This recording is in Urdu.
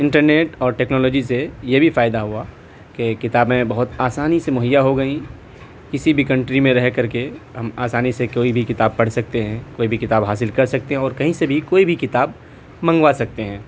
انٹر نیٹ اور ٹیکنالوجی سے یہ بھی فائدہ ہوا کہ کتابیں بہت آسانی سے مہیا ہو گئی کسی بھی کنٹری میں رہ کر کے ہم آسانی سے کوئی بھی کتاب پڑھ سکتے ہیں کوئی بھی کتاب حاصل کر سکتے ہیں اور کہیں سے بھی کوئی بھی کتاب منگوا سکتے ہیں